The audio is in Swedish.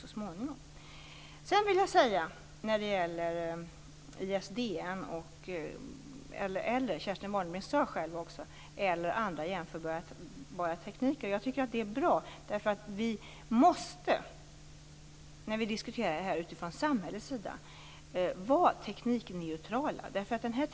Kerstin Warnerbring talade om ISDN eller andra jämförbara tekniker. Det är bra. Vi måste när vi diskuterar det här vara teknikneutrala från samhällets sida.